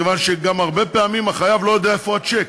מכיוון שגם הרבה פעמים החייב לא יודע איפה הצ'ק.